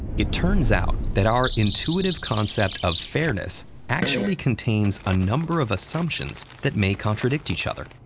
it turns out that our intuitive concept of fairness actually contains a number of assumptions that may contradict each other.